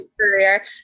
career